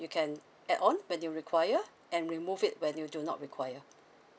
you can add on when you require and remove it when you do not require